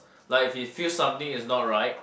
like if he feels something is not right